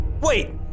Wait